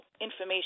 information